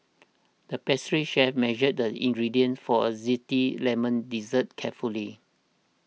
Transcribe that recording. the pastry chef measured the ingredients for a Zesty Lemon Dessert carefully